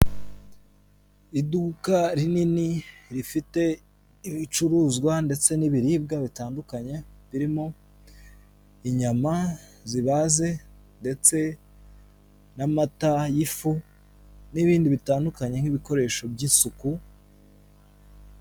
Iduka rinini rifite ibicuruzwa ndetse n'ibiribwa bitandukanye birimo inyama zibaze ndetse n'amata y'ifu n'ibindi bitandukanye nk'ibikoresho by'isuku.